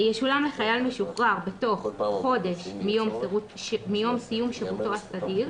ישולם לחייל משוחרר בתוך חודש מיום סיום שירותו הסדיר.